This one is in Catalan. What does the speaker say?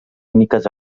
úniques